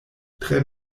tre